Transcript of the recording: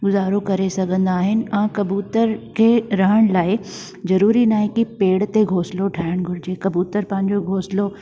गुज़ारो करे सघंदा आहिनि ऐं कबूतर खे रहण लाइ ज़रूरी न आहे की पेड़ ते घोंसलो ठाहिणु घुरिजे कबूतर पंहिंजो घोसलो